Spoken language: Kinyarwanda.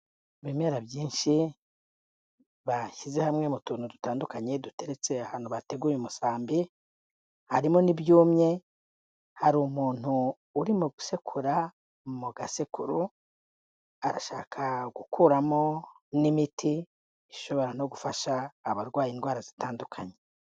Ibimera byinshi bashyize hamwe mu tuntu dutandukanye duteretse ahantu bateguye umusambi, harimo n'ibyumye, hari umuntu urimo gusekura mu gasekuru arashaka gukuramo n'imiti ishobora no gufasha abarwaye indwara zitandukanye.